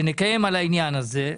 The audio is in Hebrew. שאנחנו נקיים בעניין הזה,